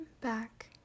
back